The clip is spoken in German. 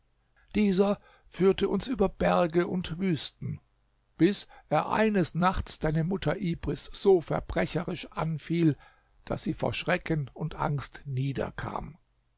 dieser führte uns über berge und wüsten bis er eines nachts deine mutter ibris so verbrecherisch anfiel daß sie vor schrecken und angst